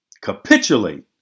Capitulate